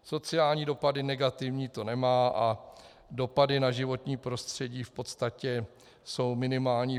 Sociální dopady negativní to nemá a dopady na životní prostředí v podstatě jsou minimální.